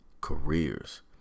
careers